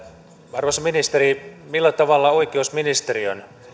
arvoisa ministeri millä tavalla oikeusministeriön